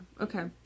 okay